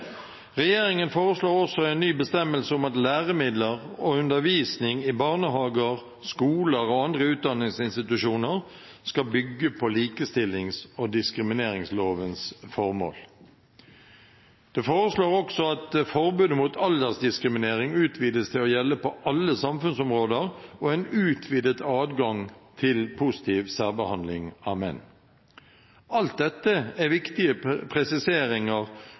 Regjeringen foreslår også en ny bestemmelse om at læremidler og undervisning i barnehager, skoler og andre utdanningsinstitusjoner skal bygge på likestillings- og diskrimineringslovens formål. Det foreslås også at forbudet mot aldersdiskriminering utvides til å gjelde på alle samfunnsområder, og det foreslås en utvidet adgang til positiv særbehandling av menn. Alt dette er viktige presiseringer